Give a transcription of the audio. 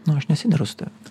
nu aš nesideru su tavim